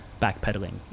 backpedaling